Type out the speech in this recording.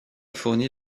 fourni